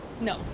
No